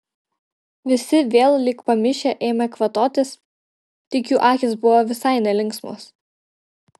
visi vėl lyg pamišę ėmė kvatotis tik jų akys buvo visai nelinksmos